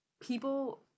People